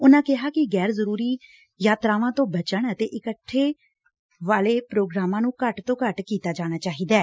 ਉਨੂਾਂ ਕਿਹਾ ਕਿ ਗੈਰ ਜ਼ਰੂਰੀ ਯਾਤਰਾਵਾਂ ਤੋਂ ਬਚਣ ਅਤੇ ਇਕੱਠ ਵਾਲੇ ਪ੍ਰੋਗਰਾਮਾਂ ਨੂੰ ਘੱਟ ਤੋਂ ਘੱਟ ਕੀਤਾ ਜਾਣਾ ਚਾਹੀਦੈ